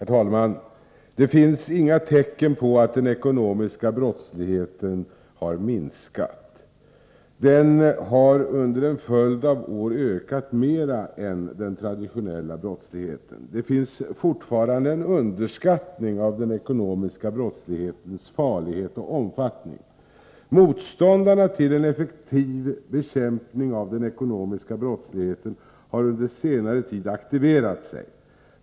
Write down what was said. Herr talman! Det finns inga tecken på att den ekonomiska brottsligheten har minskat. Den har under en följd av år ökat mer än den traditionella brottsligheten. Det finns fortfarande en underskattning av den ekonomiska brottslighetens farlighet och omfattning. Motståndarna till en effektiv bekämpning av den ekonomiska brottsligheten har under senare tid aktiverat sig.